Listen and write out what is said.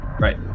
Right